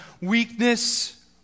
weakness